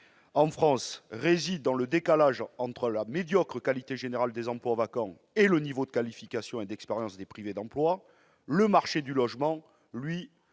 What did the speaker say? en France, réside dans le décalage entre la médiocre qualité générale des emplois vacants et le niveau de qualification et d'expérience des personnes privées d'emploi, le « marché du logement », lui,